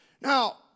now